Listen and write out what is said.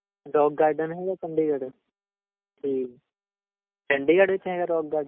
rock garden ਹੈਗਾ ਚੰਡੀਗੜ੍ਹ ਠੀਕ ਚੰਡੀਗੜ੍ਹ ਵਿੱਚ ਹੈਗਾ ਰੌਕ ਗਾਰਡਨ